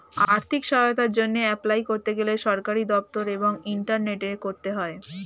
আর্থিক সহায়তার জন্যে এপলাই করতে গেলে সরকারি দপ্তর এবং ইন্টারনেটে করতে হয়